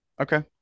Okay